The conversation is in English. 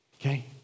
okay